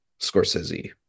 Scorsese